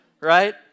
right